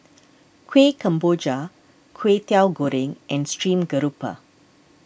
Kuih Kemboja Kway Teow Goreng and Stream Grouper